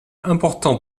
important